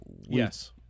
yes